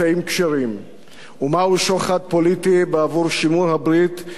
ומהו שוחד פוליטי בעבור שימור הברית עם הציבור המשתמט,